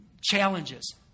challenges